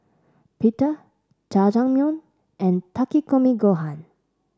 Pita Jajangmyeon and Takikomi Gohan